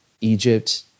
Egypt